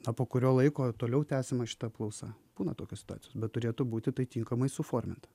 na po kurio laiko toliau tęsiama šita apklausa būna tokios situacijos bet turėtų būti tai tinkamai suforminta